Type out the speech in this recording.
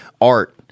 art